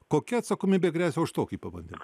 kokia atsakomybė gresia už tokį pabandymą